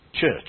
church